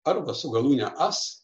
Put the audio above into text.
arba su galūne as